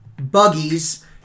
buggies